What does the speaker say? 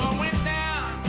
went down